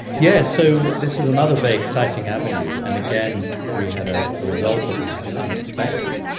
yes, so this is another very exciting avenue, and again we had a result that was unexpected.